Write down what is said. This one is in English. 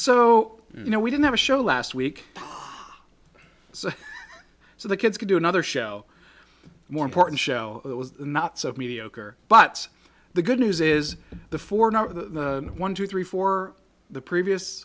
so you know we didn't have a show last week so so the kids can do another show more important show it was not so mediocre but the good news is the four no one two three four the previous